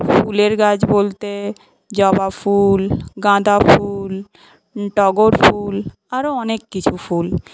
ফুলের গাছ বলতে জবা ফুল গাঁদা ফুল টগর ফুল আরও অনেক কিছু ফুল